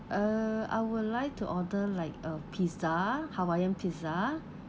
uh I would like to order like a pizza hawaiian pizza